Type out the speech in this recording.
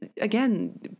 again